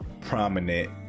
prominent